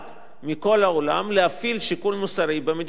מכל העולם להפעיל שיקול מוסרי במדיניות החוץ,